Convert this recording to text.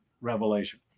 revelation